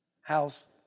house